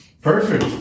Perfect